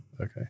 Okay